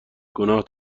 گناه